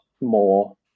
more